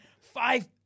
Five